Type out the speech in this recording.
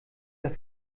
der